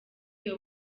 iyo